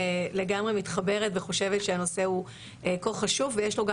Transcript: לגמרי מתחברת וחושבת שהנושא הוא כה חשוב ויש לו גם